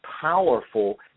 powerful